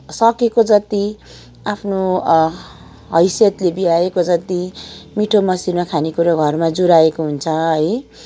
सकेको जत्ति आफ्नो हैसियतले भ्याएको जति मिठो मसिनो खानेकुरा घरमा जुराएको हुन्छ है